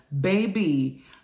baby